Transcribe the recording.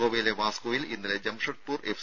ഗോവയിലെ വാസ്കോയിൽ ഇന്നലെ ജംഷഡ്പൂർ എഫ്